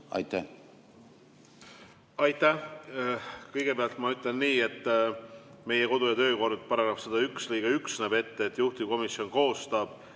Aitäh!